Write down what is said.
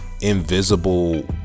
invisible